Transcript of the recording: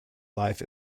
life